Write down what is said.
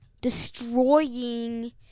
Destroying